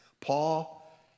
Paul